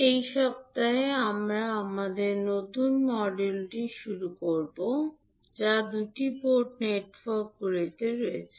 এই সপ্তাহে আমরা আমাদের নতুন মডিউলটি শুরু করব যা দুটি পোর্ট নেটওয়ার্কগুলিতে রয়েছে